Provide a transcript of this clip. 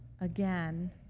again